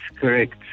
Correct